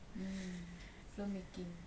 mm film making